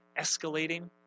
escalating